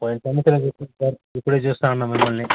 పోయిన సంవత్సరం ఇప్పుడే చూస్తా ఉన్నాం మిమ్మల్ని